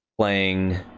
playing